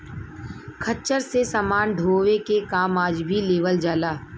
खच्चर से समान ढोवे के काम आज भी लेवल जाला